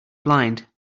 blind